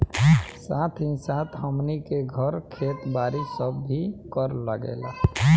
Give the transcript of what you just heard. साथ ही साथ हमनी के घर, खेत बारी पर भी कर लागेला